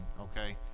okay